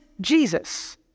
Jesus